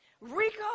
Rico